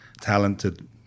talented